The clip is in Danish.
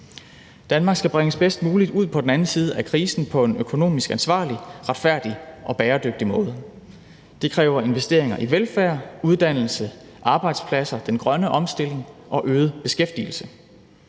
Danmark skal bringes bedst muligt ud på den anden side af krisen på en økonomisk ansvarlig, retfærdig og bæredygtig måde. Det kræver investeringer i velfærd, uddannelse, arbejdspladser, den grønne omstilling og øget beskæftigelse.